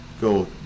go